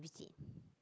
visit